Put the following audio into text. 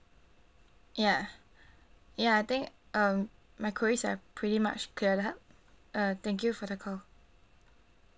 ya ya think um my queries are pretty much cleared up uh thank you for the call